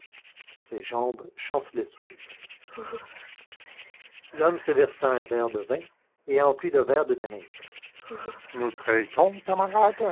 ses jambes chancelaient sous lui l'homme se versa un verre de vin et emplit le verre de danègre nous